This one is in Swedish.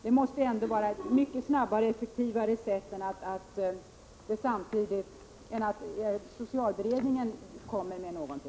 Det måste vara ett mycket snabbare och effektivare sätt än att socialberedningen kommer med förslag.